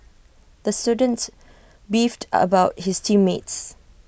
the students beefed about his team mates